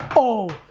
oh,